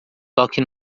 toque